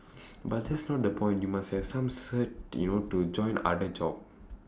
but that's not the point you must have some cert you know to join other job